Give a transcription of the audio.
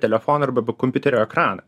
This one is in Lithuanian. telefono arba kompiuterio ekraną